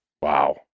Wow